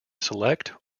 select